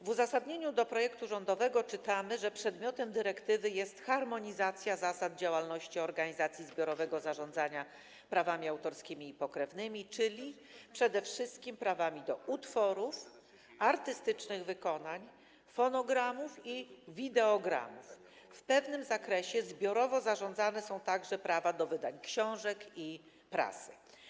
W uzasadnieniu projektu rządowego czytamy, że przedmiotem dyrektywy jest harmonizacja zasad działalności organizacji zbiorowego zarządzania prawami autorskimi i pokrewnymi, czyli przede wszystkim prawami do utworów, artystycznych wykonań, fonogramów i wideogramów - w pewnym zakresie zbiorowo zarządzane są także prawa do wydań książek i prasy.